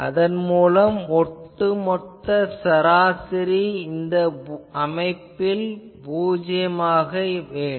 அதன் மூலம் ஒட்டுமொத்த சராசரி இந்த அமைப்பில் பூஜ்யம் ஆக வேண்டும்